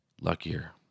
Luckier